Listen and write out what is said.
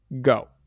go